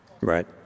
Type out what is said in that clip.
right